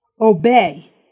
Obey